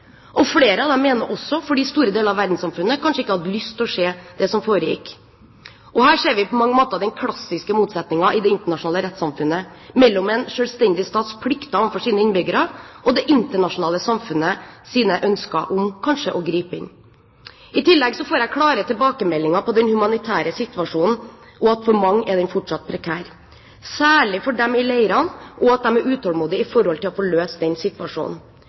og flere av dem mener også fordi store deler av verdenssamfunnet kanskje ikke hadde lyst til å se det som foregikk. Her ser vi på mange måter den klassiske motsetningen i det internasjonale rettssamfunnet mellom en selvstendig stats plikter overfor sine innbyggere og det internasjonale samfunnets ønsker om kanskje å gripe inn. I tillegg får jeg klare tilbakemeldinger om at den humanitære situasjonen for mange fortsatt er prekær, særlig for dem som er i leirene, og at de er utålmodige med tanke på å få løst den situasjonen.